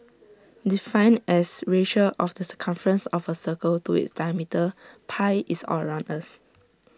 defined as ratio of the circumference of A circle to its diameter pi is all around us